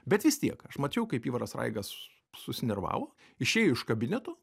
bet vis tiek aš mačiau kaip ivaras raigas susinervavo išėjo iš kabineto